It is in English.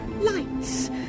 lights